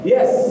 Yes